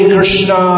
Krishna